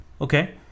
Okay